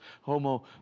Homo